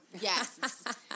Yes